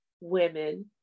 women